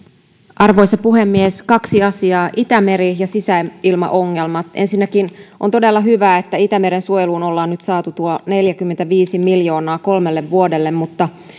arvoisa puhemies kaksi asiaa itämeri ja sisäilmaongelmat ensinnäkin on todella hyvä että itämeren suojeluun ollaan nyt saatu tuo neljäkymmentäviisi miljoonaa kolmelle vuodelle mutta